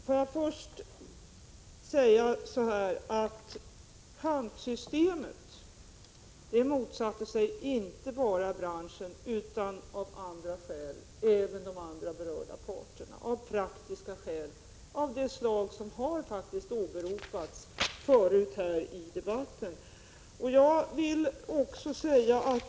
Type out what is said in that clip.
Herr talman! Får jag först säga att inte bara branschen utan även de andra berörda parterna motsatte sig pantsystemet — av praktiska skäl av det slag som jag åberopade tidigare här i debatten.